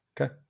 Okay